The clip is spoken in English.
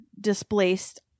displaced